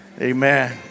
Amen